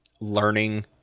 learning